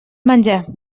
menjar